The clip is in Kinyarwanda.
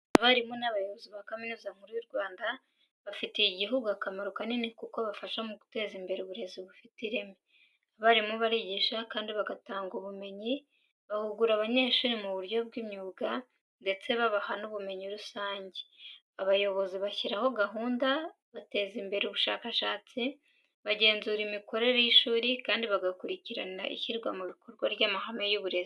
Abarimu n’abayobozi ba Kaminuza Nkuru y’u Rwanda, bafitiye igihugu akamaro kanini kuko bafasha mu guteza imbere uburezi bufite ireme. Abarimu barigisha kandi bagatanga ubumenyi, bahugura abanyeshuri mu buryo bw’imyuga ndetse babaha n’ubumenyi rusange. Abayobozi bashyiraho gahunda, bateza imbere ubushakashatsi, bagenzura imikorere y’ishuri, kandi bagakurikirana ishyirwa mu bikorwa ry’amahame y’uburezi.